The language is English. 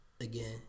again